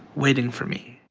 waiting for me